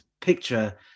picture